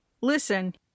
listen